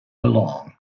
belong